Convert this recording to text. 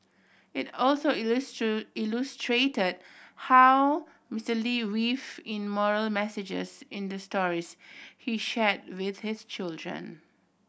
it also illustrated how Mister Lee weaved in moral messages in the stories he shared with his children